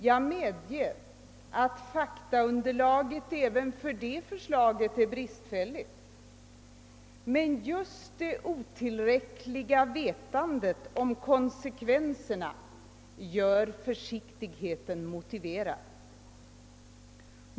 Jag medger att faktaunderlaget även för det förslaget är brist fälligt, men just det otillräckliga vetandet om konsekvenserna gör försiktigheten motiverad.